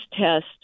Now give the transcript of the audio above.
test